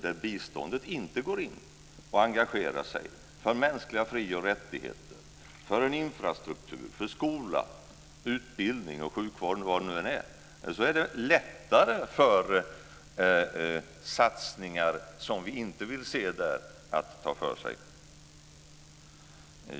Där biståndet inte går in och engagerar sig för mänskliga fri och rättigheter, för en infrastruktur, för skola, utbildning och sjukvård och vad det nu än är så är det nämligen lättare för satsningar som vi inte vill se att ta för sig.